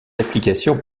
applications